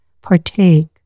partake